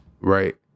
right